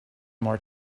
more